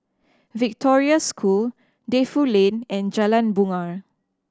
Victoria School Defu Lane and Jalan Bungar